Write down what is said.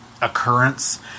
Occurrence